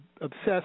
obsessed